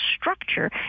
structure